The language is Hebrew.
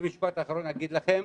במשפט אחרון אני אגיד לכם,